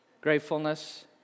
Gratefulness